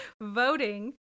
voting